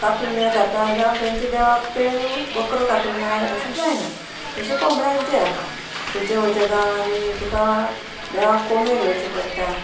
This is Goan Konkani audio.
कांतरुण्याक खाता जावं तेंचे देवाक ते बकरो कातरी ना जाल्यार तशें जायना तशें कोंबड्यांचें आहा खंयचें खंयचें गांवांनी तुका देवाक कोंबे दिवचे पडटा